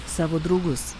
savo draugus